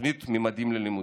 לתוכנית ממדים ללימודים.